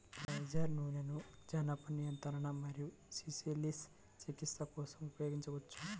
niger నూనెను జనన నియంత్రణ మరియు సిఫిలిస్ చికిత్స కోసం ఉపయోగించవచ్చు